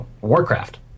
Warcraft